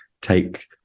take